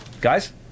Guys